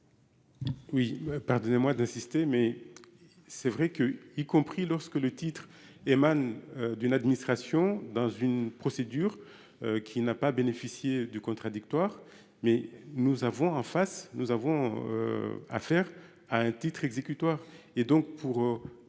Oui, pardonnez-moi d'insister mais. C'est vrai que, y compris lorsque le titre émane d'une administration dans une procédure. Qui n'a pas bénéficié du contradictoire mais nous avons en face nous avons. Affaire à un titre exécutoire